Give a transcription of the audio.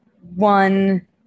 one